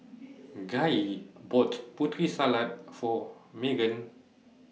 Gaye bought Putri Salad For Maegan